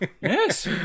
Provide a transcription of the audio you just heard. Yes